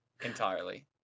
Entirely